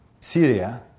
Syria